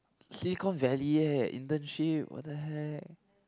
Silicon Valley ya internship what the heck